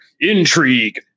intrigue